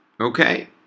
Okay